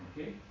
Okay